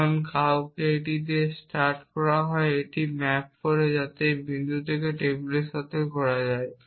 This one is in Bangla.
কারণ কাউকে একটি স্টার্ট দেওয়া হয় এটি ম্যাপ করে যাতে এই বিন্দু থেকে টেবিলের সাথে কথা বলা যায়